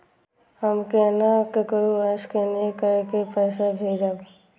हम केना ककरो स्केने कैके पैसा भेजब?